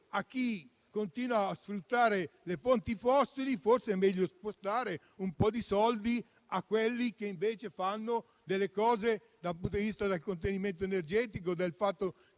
a chi continua a sfruttare le fonti fossili, forse è meglio spostare un po' di soldi su coloro che invece fanno qualcosa dal punto di vista del contenimento energetico, della